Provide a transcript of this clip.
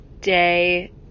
day